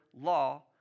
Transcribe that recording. law